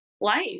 life